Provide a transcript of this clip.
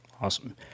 awesome